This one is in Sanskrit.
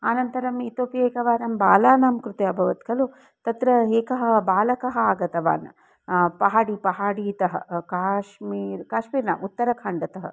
अनन्तरम् इतोपि एकवारं बालानां कृते अभवत् खलु तत्र एकः बालकः आगतवान् पहाडि पहाडीतः काश्मीर् काश्मीर् न उत्तराखण्डतः